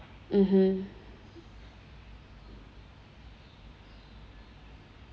mmhmm